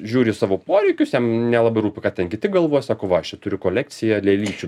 žiūri į savo poreikius jam nelabai rūpi ką ten kiti galvos sako va aš čia turiu kolekciją lėlyčių